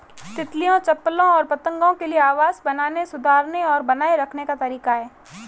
तितलियों, चप्पलों और पतंगों के लिए आवास बनाने, सुधारने और बनाए रखने का तरीका है